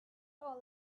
all